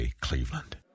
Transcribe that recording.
cleveland